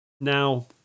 now